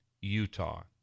Utah